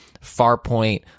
farpoint